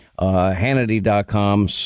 Hannity.com